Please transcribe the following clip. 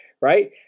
right